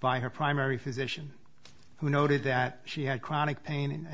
by her primary physician who noted that she had chronic pain